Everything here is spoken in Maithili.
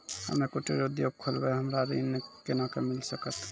हम्मे कुटीर उद्योग खोलबै हमरा ऋण कोना के मिल सकत?